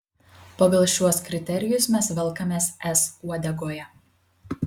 pagal šiuos kriterijus mes velkamės es uodegoje